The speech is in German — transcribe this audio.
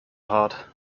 hart